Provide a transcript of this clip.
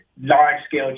large-scale